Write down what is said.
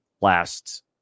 last